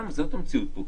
זאת המציאות פה.